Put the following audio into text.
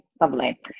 lovely